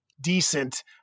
decent